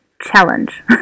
challenge